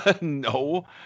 No